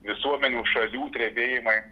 visuomenių šalių drebėjimai